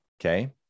Okay